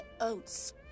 oats